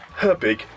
Herbig